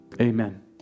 Amen